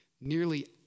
nearly